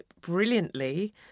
brilliantly